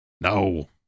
No